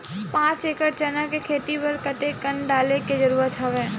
पांच एकड़ चना के खेती बर कते कन डाले के जरूरत हवय?